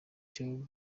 cyo